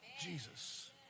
Jesus